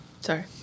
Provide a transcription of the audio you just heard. Sorry